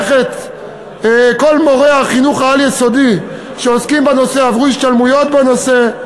כל מורי החינוך העל-יסודי שעוסקים בנושא עברו השתלמויות בנושא.